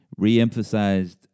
reemphasized